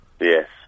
Yes